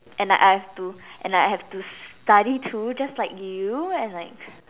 and like I have to and like I have to study too just like you and like